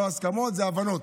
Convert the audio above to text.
לא הסכמות, זה הבנות.